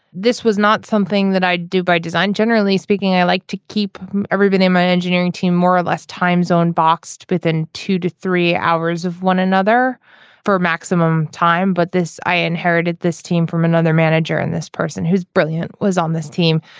this was not something that i do by design. generally speaking i like to keep everybody in my engineering team more or less time zone boxed within two to three hours of one another for maximum time. but this i inherited this team from another manager and this person who's brilliant was on this team.